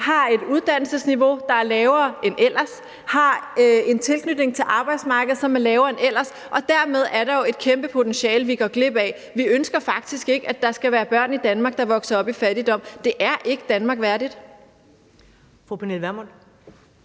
har et uddannelsesniveau, der er lavere end ellers; har en tilknytning til arbejdsmarkedet, som er lavere end ellers. Og dermed er der jo et kæmpe potentiale, vi går glip af. Vi ønsker faktisk ikke, at der skal være børn i Danmark, der vokser op i fattigdom. Det er ikke Danmark værdigt.